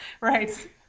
Right